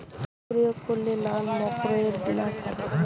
কি প্রয়োগ করলে লাল মাকড়ের বিনাশ হবে?